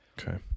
Okay